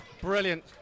Brilliant